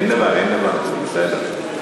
אין דבר, אין דבר, זה בסדר.